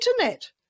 internet